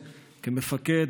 כמפקד,